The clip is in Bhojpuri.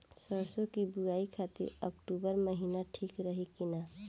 सरसों की बुवाई खाती अक्टूबर महीना ठीक रही की ना?